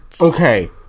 Okay